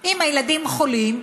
אם הילדים חולים,